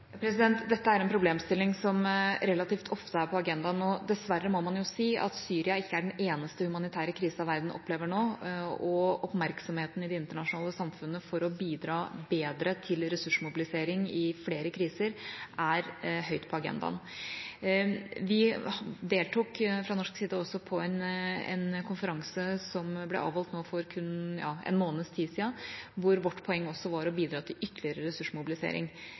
dessverre må man si at krisa i Syria ikke er den eneste humanitære krisa verden opplever nå. Oppmerksomheten i det internasjonale samfunnet for å bidra bedre til ressursmobilisering i flere kriser, er høyt på agendaen. Vi deltok fra norsk side på en konferanse som ble avholdt for en måneds tid siden, hvor vårt poeng var å bidra til